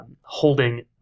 holding